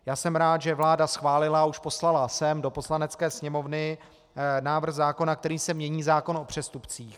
Já jsem rád, že vláda schválila a už poslala sem do Poslanecké sněmovny návrh zákona, kterým se mění zákon o přestupcích.